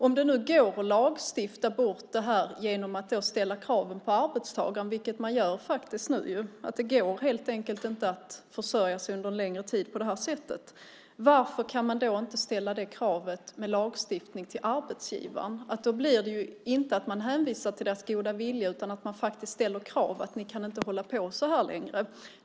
Om det nu går att lagstifta bort detta genom att ställa krav på arbetstagaren, vilket man nu faktiskt gör - det går dock helt enkelt inte att under en längre tid försörja sig på det här sättet - undrar jag varför det inte går att lagstiftningsvägen ställa krav på arbetsgivaren. Då blir det ju inte så att man hänvisar till arbetsgivarens goda vilja, utan man ställer faktiskt krav på arbetsgivaren som inte längre kan hålla på som nu.